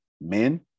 men